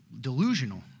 delusional